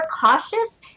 cautious